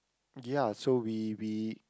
ya so we we